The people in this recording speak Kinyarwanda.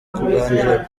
kuganira